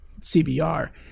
CBR